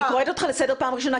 אני קוראת אותך לסדר פעם ראשונה,